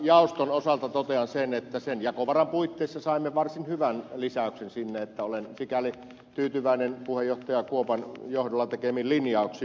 jaoston osalta totean sen että sen jakovaran puitteissa saimme varsin hyvän lisäyksen sinne että olen sikäli tyytyväinen puheenjohtaja kuopan johdolla tehtyihin linjauksiin